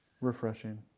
Refreshing